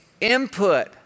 input